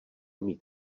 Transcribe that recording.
mít